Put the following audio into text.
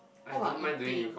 what about eating